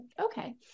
okay